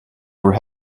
were